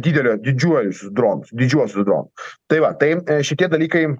didelio didžiuojusius dronus didžiuosius dronus tai va tai šitie dalykai